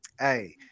Hey